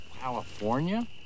California